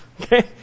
okay